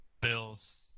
Bills